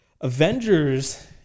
Avengers